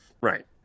Right